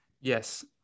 Yes